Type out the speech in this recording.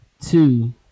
Two